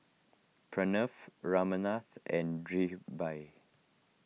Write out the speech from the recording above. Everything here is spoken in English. Pranav Ramnath and Dhirubhai